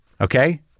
Okay